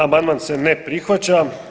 Amandman se ne prihvaća.